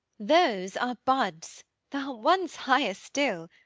those are buds the ones higher still.